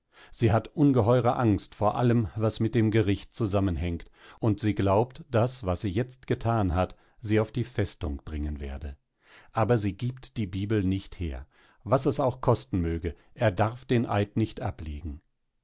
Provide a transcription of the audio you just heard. sie hat ungeheure angst vor allem was mit dem gericht zusammenhängt und sie glaubt daß was sie jetzt getan hat sie auf die festung bringen werde aber sie gibt die bibel nicht her was es auch kosten möge er darf den eid nicht ablegen